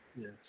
Yes